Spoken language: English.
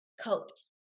coped